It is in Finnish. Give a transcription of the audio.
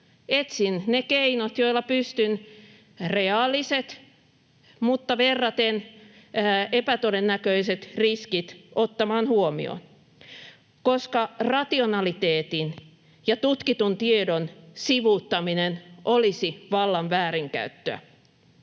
Etsin ne keinot, joilla pystyn reaaliset mutta verraten epätodennäköiset riskit ottamaan huomioon, koska rationaliteetin ja tutkitun tiedon sivuuttaminen olisi vallan väärinkäyttöä.